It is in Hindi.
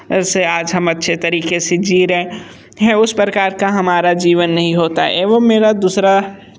ऐसे आज हम अच्छे तरीके से जी रहे हैं उस प्रकार का हमारा जीवन नहीं होता एवम मेरा दूसरा